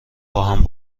باهم